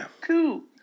cool